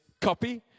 copy